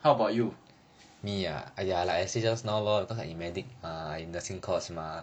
how about you